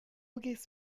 guess